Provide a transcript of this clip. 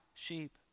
sheep